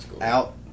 out